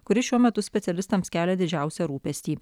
kuris šiuo metu specialistams kelia didžiausią rūpestį